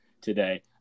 today